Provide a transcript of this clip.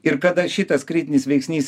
ir kada šitas kritinis veiksnys